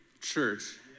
church